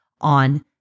on